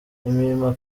imirimo